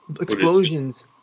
explosions